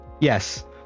Yes